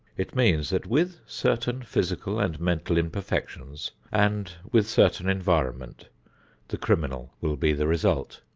it means that with certain physical and mental imperfections and with certain environment the criminal will be the result.